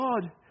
God